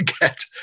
get